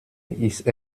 ist